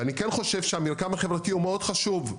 ואני כן חושב שהמרקם החברתי הוא מאוד חשוב,